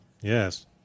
Yes